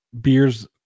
beers